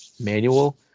manual